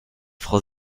frau